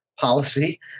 policy